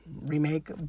remake